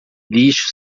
lixo